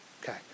Okay